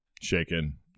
shaken